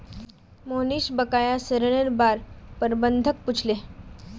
मोहनीश बकाया ऋनेर बार प्रबंधक पूछले